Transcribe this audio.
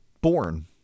born